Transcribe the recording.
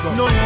no